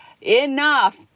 enough